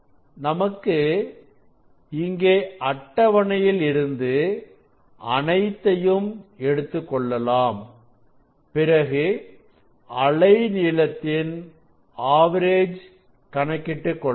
நமக்கு இங்கே அட்டவணையில் இருந்து அனைத்தும் எடுத்துக்கொள்ளலாம் பிறகு அலைநீளத்தின் ஆவரேஜ் கணக்கிட்டுக் கொள்ளலாம்